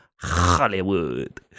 Hollywood